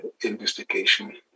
investigation